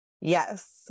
Yes